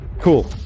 Cool